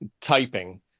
typing